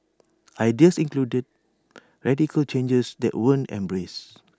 ideas included radical changes that weren't embraced